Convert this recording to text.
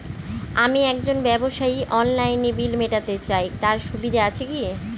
আমি একজন ব্যবসায়ী অনলাইনে বিল মিটাতে চাই তার সুবিধা আছে কি?